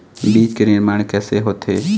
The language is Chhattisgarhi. बीज के निर्माण कैसे होथे?